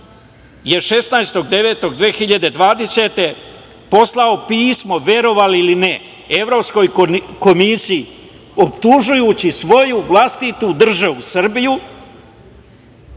godine je poslao pismo, verovali ili ne, Evropskoj komisiji, optužujući svoju vlastitu državu Srbiju